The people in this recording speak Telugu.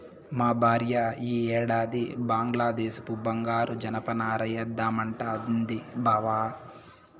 మా భార్య ఈ ఏడాది బంగ్లాదేశపు బంగారు జనపనార ఏద్దామంటాంది బావ